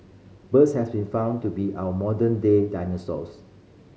birds have been found to be our modern day dinosaurs